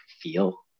feel